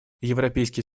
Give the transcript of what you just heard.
европейский